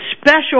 special